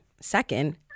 Second